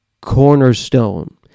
cornerstone